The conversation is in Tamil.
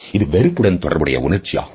இது வெறுப்புடன் தொடர்புடைய உணர்ச்சி ஆகும்